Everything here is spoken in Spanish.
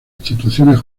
instituciones